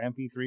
MP3